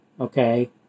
okay